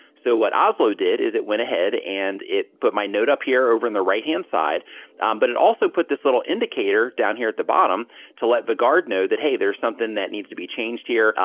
so what oslo did is it went ahead and it put my note up here over on and the right hand side but it also put this little indicator down here at the bottom to let the guard know that, hey, there's something that needs to be changed here.